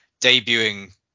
debuting